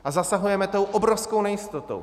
A zasahujeme tou obrovskou nejistotou.